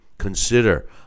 consider